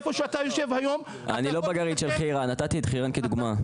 אני לא בגרעין של חירן, נתתי את חירן כדוגמה.